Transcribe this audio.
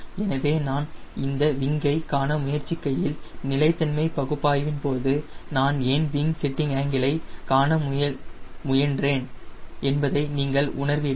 எனவே நான் இந்த விங்கை காண முயற்சிக்கையில் நிலைத்தன்மை பகுப்பாய்வின் போது நான் ஏன் விங் செட்டிங் ஆங்கிலை காண முயன்றேன் என்பதை நீங்கள் உணர்வீர்கள்